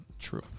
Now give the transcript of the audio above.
True